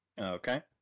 Okay